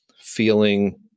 feeling